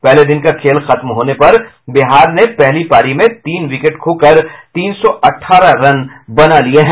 पहले दिन का खेल खत्म होने पर बिहार ने पहली पारी में तीन विकेट खोकर तीन सौ अठारह रन बना लिये हैं